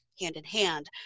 hand-in-hand